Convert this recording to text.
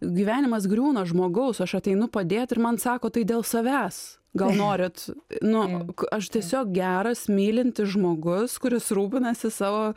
gyvenimas griūna žmogaus aš ateinu padėt ir man sako tai dėl savęs gal norit nu aš tiesiog geras mylintis žmogus kuris rūpinasi savo